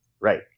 right